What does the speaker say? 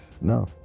No